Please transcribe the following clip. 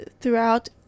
throughout